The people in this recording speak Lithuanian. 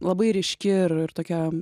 labai ryški ir tokia